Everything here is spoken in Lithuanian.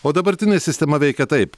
o dabartinė sistema veikia taip